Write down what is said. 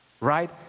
right